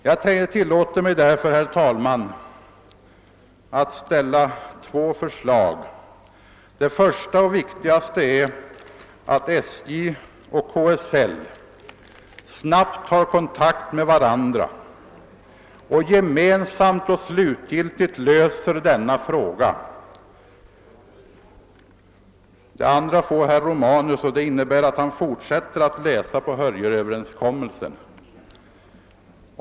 Jag tillåter mig därför, herr talman, att ställa två förslag. Det första och viktigaste förslaget är att SJ och KSL snabbt tar kontakt med varandra och gemensamt och slutgiltigt löser denna fråga. Det andra förslaget riktar jag till herr Romanus, och det går ut på att han skall fortsätta att studera Hörjelöverenskommelsen.